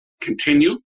continue